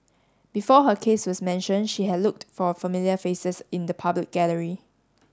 before her case was mentioned she had looked for familiar faces in the public gallery